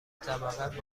طبقه